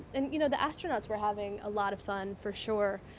and you know the astronauts were having a lot of fun for sure,